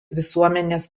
visuomenės